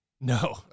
No